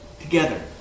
together